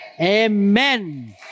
Amen